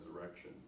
resurrection